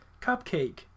Cupcake